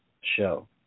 show